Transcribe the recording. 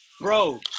Bro